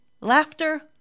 Laughter